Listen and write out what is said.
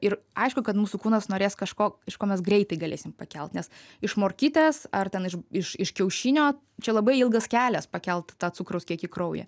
ir aišku kad mūsų kūnas norės kažko iš ko mes greitai galėsim pakelt nes iš morkytės ar ten iš iš iš kiaušinio čia labai ilgas kelias pakelt tą cukraus kiekį kraujyje